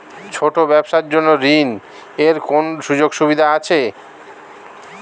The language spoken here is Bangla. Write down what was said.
ছোট ব্যবসার জন্য ঋণ এর কি কোন সুযোগ আছে?